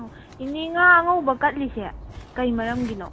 ꯏꯅꯦ ꯉꯥ ꯑꯉꯧꯕ ꯀꯠꯂꯤꯁꯦ ꯀꯔꯤ ꯃꯔꯝꯒꯤꯅꯣ